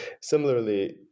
Similarly